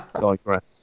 digress